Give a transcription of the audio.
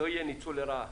שלא יהיה ניצול לרעה